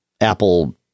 Apple